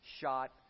shot